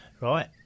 Right